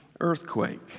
earthquake